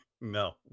No